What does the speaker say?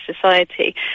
society